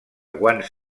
guants